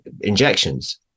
injections